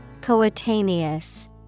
Coetaneous